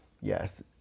yes